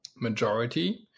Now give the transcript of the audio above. majority